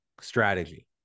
strategy